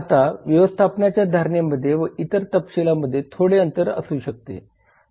आता व्यवस्थापनाच्या धारणेमध्ये व वितरण तपशिलामध्ये थोडे अंतर असू शकते